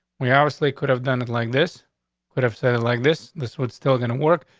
we obviously could have done it like this could have said and like this. this would still gonna work.